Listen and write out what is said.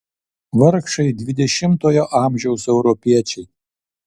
vargšai dvidešimtojo amžiaus europiečiai